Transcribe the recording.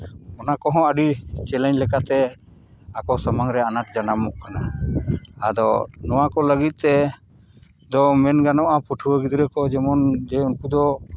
ᱚᱱᱟ ᱠᱚ ᱦᱚᱸ ᱟᱹᱰᱤ ᱪᱮᱞᱮᱧᱡᱽ ᱞᱮᱠᱟᱛᱮ ᱟᱠᱚ ᱥᱟᱢᱟᱝ ᱨᱮ ᱟᱱᱟᱴ ᱡᱟᱱᱟᱢᱚᱜ ᱠᱟᱱᱟ ᱟᱫᱚ ᱱᱚᱣᱟ ᱠᱚ ᱞᱟᱹᱜᱤᱫ ᱛᱮ ᱫᱚ ᱢᱮᱱ ᱜᱟᱱᱚᱜᱼᱟ ᱯᱟᱹᱴᱷᱩᱣᱟᱹ ᱜᱤᱫᱽᱨᱟᱹ ᱠᱚ ᱡᱮᱢᱚᱱ ᱡᱮ ᱩᱱᱠᱩ ᱫᱚ